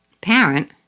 parent